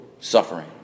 suffering